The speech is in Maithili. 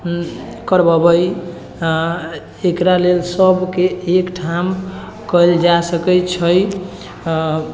करवबै एकरा लेल सबके एकठाम कएल जा सकैत छै